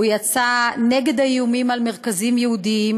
הוא יצא נגד האיום על מרכזיים יהודיים,